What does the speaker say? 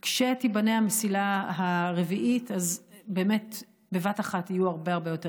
כשתיבנה המסילה הרביעית בבת אחת יהיו הרבה יותר אפשרויות.